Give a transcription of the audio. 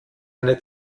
eine